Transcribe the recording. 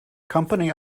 company